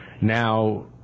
Now